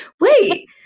Wait